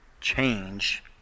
change